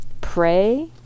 Pray